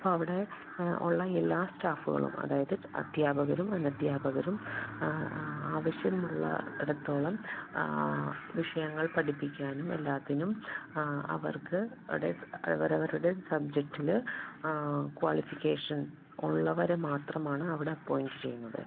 അപ്പം അവിടെ ഉള്ള എല്ലാ സ്റ്റാഫുകളും അതായത് അധ്യാപകരും അനധ്യാപകരും അവശ്യമുള്ളിടത്തോളം വിഷയങ്ങള് പഠിപ്പിക്കാനും എല്ലാത്തിനും അവര്ക്ക് ടെ അവരവരുടെ സബ്ജെക്ടിൽ ക്വാളിഫിക്കേഷന് ഉള്ളവരെ മാത്രമാണ് അവിടെ അപ്പോയിൻറ്റ് ചെയ്യുന്നത്